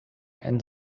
and